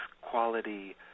quality